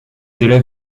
élèves